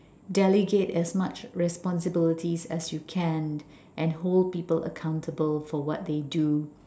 delegate as much responsibilities as you can and hold people accountable for what they do